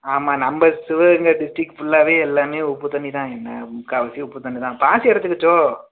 ஆமாம் நம்ம சிவகங்கை டிஸ்டிரிக் ஃபுல்லாகவே எல்லாமே உப்பு தண்ணி தான் என்ன முக்கால்வாசி உப்பு தண்ணி தான் பாசி அடச்சுக்கிச்சோ